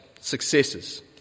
successes